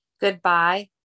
goodbye